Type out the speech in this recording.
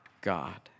God